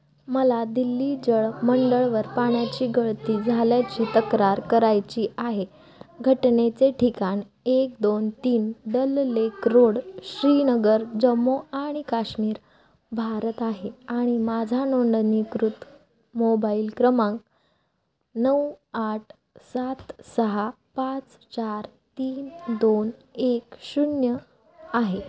मला दिल्ली जलमंडळवर पाण्याची गळती झाल्याची तक्रार करायची आहे घटनेचे ठिकाण एक दोन तीन डल लेक रोड श्रीनगर जम्मू आणि काश्मीर भारत आहे आणि माझा नोंदणीकृत मोबाईल क्रमांक नऊ आठ सात सहा पाच चार तीन दोन एक शून्य आहे